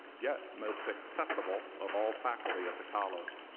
yet most accessible of all faculty at the college.